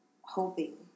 hoping